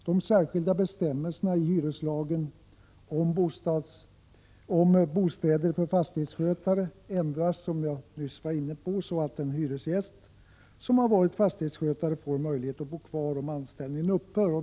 De särskilda bestämmelserna i hyreslagen om bostadsrätten för fastighetsskötare ändras, som jag nyss var inne på, så att den hyresgäst som varit fastighetsskötare får möjlighet att bo kvar om anställningen upphör.